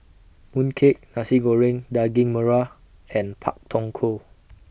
Mooncake Nasi Goreng Daging Merah and Pak Thong Ko